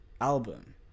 album